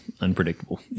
unpredictable